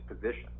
position